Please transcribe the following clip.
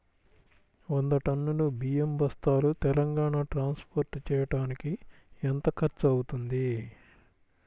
వంద టన్నులు బియ్యం బస్తాలు తెలంగాణ ట్రాస్పోర్ట్ చేయటానికి కి ఎంత ఖర్చు అవుతుంది?